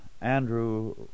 Andrew